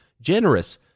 generous